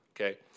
Okay